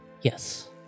Yes